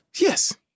Yes